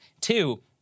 Two